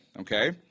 okay